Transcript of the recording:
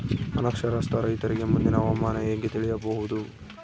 ಅನಕ್ಷರಸ್ಥ ರೈತರಿಗೆ ಮುಂದಿನ ಹವಾಮಾನ ಹೆಂಗೆ ತಿಳಿಯಬಹುದು?